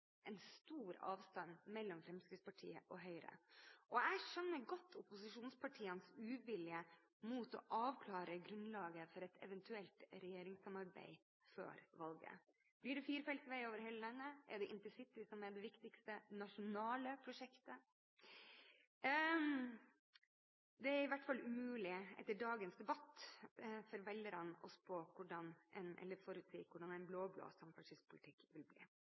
en stor avstand mellom Fremskrittspartiet og Høyre, og jeg skjønner godt opposisjonspartienes uvilje mot å avklare grunnlaget for et eventuelt regjeringssamarbeid før valget. Blir det firefeltsvei over hele landet? Er det intercity som er det viktigste nasjonale prosjektet? Det er i hvert fall umulig etter dagens debatt for velgerne å forutsi hvordan en blå-blå samferdselspolitikk vil bli.